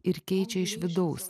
ir keičia iš vidaus